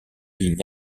lignes